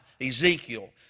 Ezekiel